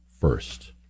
first